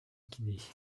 guinée